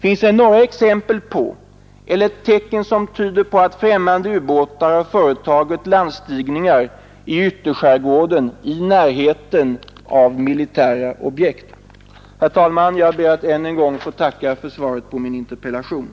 Finns det några tecken som tyder på att det från främmande ubåtar företagits landstigningar i ytterskärgården i närheten av militära objekt? Herr talman! Jag ber att ännu en gång få tacka för svaret på interpellationen.